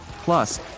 Plus